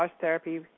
therapy